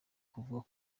kuvuga